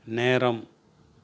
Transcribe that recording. நேரம்